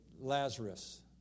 Lazarus